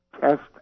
Test